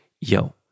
Yo